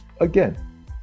again